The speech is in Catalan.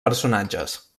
personatges